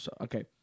okay